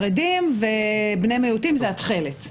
חרדים ובני מיעוטים זה התכלת.